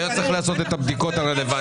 היינו צריכים לעשות את הבדיקות הרלוונטיות.